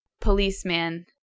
Policeman